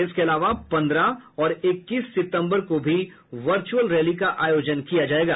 इसके अलावा पन्द्रह और इक्कीस सितम्बर को भी वर्च्रअल रैली का आयोजन किया जायेगा